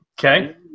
Okay